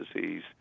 disease